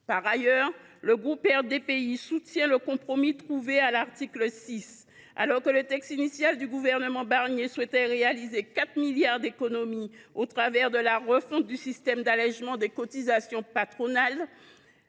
en compte. Le groupe RDPI soutient le compromis trouvé à l’article 6. Alors que le gouvernement Barnier souhaitait réaliser 4 milliards d’euros d’économies au travers de la refonte du système d’allégement des cotisations patronales,